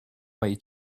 way